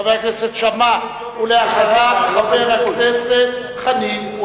חבר הכנסת שאמה, ואחריו, חבר הכנסת חנין.